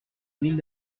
mille